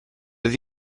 have